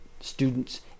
students